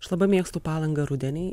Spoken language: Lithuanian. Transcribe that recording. aš labai mėgstu palangą rudenį